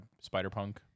Spider-Punk